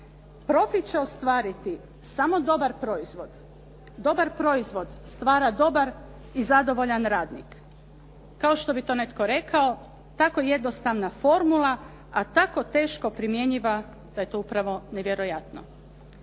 Profit će ostvariti samo dobar proizvod. Dobar proizvod stvara dobar i zadovoljan radnik. Kao što bi to netko rekao, tako jednostavna formula, a tako teško primjenjiva da je to upravo nevjerojatno.